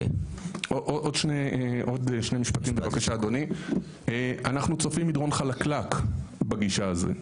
אנחנו צופים מדרון חלקלק בגישה הזו.